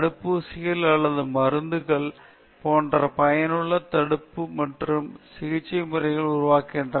தடுப்பூசிகள் அல்லது மருந்துகள் போன்ற பயனுள்ள தடுப்பு மற்றும் சிகிச்சை முறைகளை உருவாக்கவும்